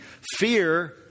Fear